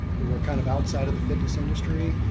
who are kind of outside of the fitness industry.